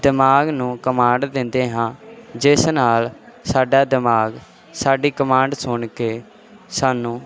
ਦਿਮਾਗ ਨੂੰ ਕਮਾਂਡ ਦਿੰਦੇ ਹਾਂ ਜਿਸ ਨਾਲ ਸਾਡਾ ਦਿਮਾਗ ਸਾਡੀ ਕਮਾਂਡ ਸੁਣ ਕੇ ਸਾਨੂੰ